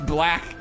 Black